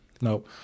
No